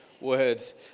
words